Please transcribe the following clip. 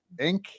Inc